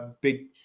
big